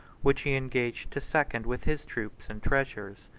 which he engaged to second with his troops and treasures.